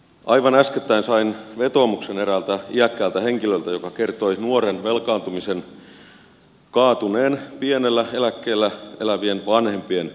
aivan äskettäin sain vetoomuksen eräältä iäkkäältä henkilöltä joka kertoi nuoren velkaantumisen kaatuneen pienellä eläkkeellä elävien vanhempien kontolle